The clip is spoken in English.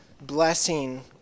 blessing